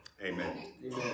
amen